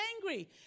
angry